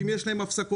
אם אין להם הפסקות.